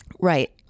Right